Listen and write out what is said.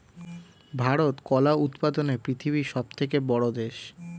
ভারত কলা উৎপাদনে পৃথিবীতে সবথেকে বড়ো দেশ